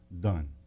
done